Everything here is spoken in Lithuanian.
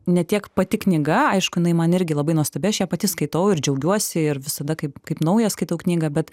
ne tiek pati knyga aišku jinai man irgi labai nuostabi aš ją pati skaitau ir džiaugiuosi ir visada kaip kaip nauja skaitau knygą bet